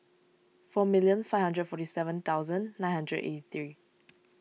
four million five hundred forty seven thousand nine hundred eighty three